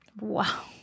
Wow